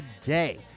today